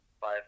five